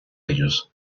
ellos